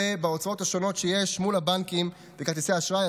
ובהוצאות השונות שיש מול הבנקים וכרטיסי האשראי.